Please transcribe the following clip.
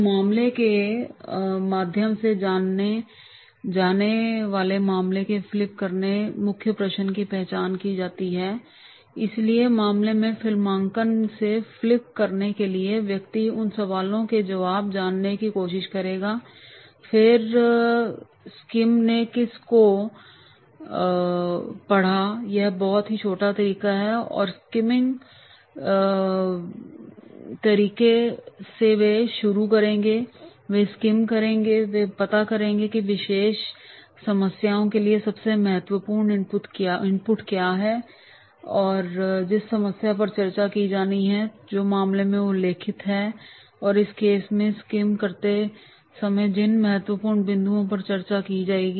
तो मामले के माध्यम से जाने वाले मामले से फ्लिप करके मुख्य प्रश्न की पहचान की जाती है इसलिए मामले के फिल्मांकन से फ्लिप करने के लिए व्यक्ति उन सवालों के जवाब जानने की कोशिश करेगा फिर स्किम ने केस को पढ़ा यह बहुत ही छोटा तरीका है और स्किमिंग तरीके से वे शुरू करेंगे वे स्किम करेंगे और फिर पता करेंगे कि किसी विशेष समस्या के लिए सबसे महत्वपूर्ण इनपुट क्या है जिस समस्या पर चर्चा की जानी है जो मामले में उल्लिखित है और इसलिए केस को स्किम करते समय जिन महत्वपूर्ण बिंदुओं पर चर्चा की जाएगी